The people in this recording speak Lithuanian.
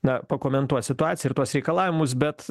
na pakomentuot situaciją ir tuos reikalavimus bet